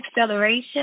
acceleration